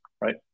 right